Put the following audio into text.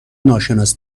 ناشناس